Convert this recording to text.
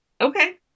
Okay